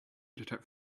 detect